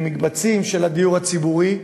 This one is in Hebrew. במקבצים של הדיור הציבורי,